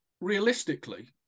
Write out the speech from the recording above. realistically